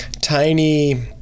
tiny